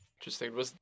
Interesting